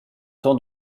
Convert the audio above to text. temps